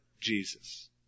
Jesus